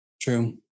True